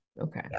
okay